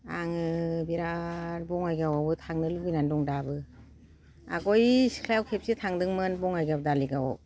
आङो बिराद बङाइगावआवबो थांनो लुबैनानै दं दाबो आवगाय सिख्लायाव खेबसे थांदोंमोन बङाइगाव धालिगावआव